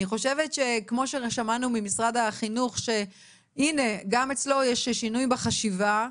חושבת שכמו ששמענו ממשרד החינוך שהנה גם אצלו יש שינוי בחשיבה,